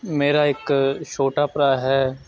ਮੇਰਾ ਇੱਕ ਛੋਟਾ ਭਰਾ ਹੈ